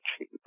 cheap